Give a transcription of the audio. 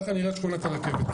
ככה נראית שכונת הרכבת.